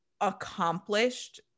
accomplished